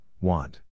want